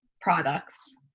products